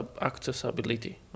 accessibility